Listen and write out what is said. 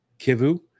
Kivu